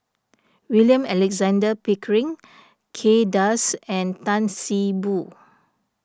William Alexander Pickering Kay Das and Tan See Boo